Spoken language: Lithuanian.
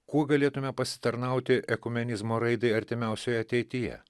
kuo galėtume pasitarnauti ekumenizmo raidai artimiausioje ateityje